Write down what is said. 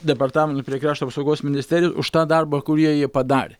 departamentui prie krašto apsaugos ministerijos už tą darbą kurį jie padarė